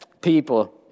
people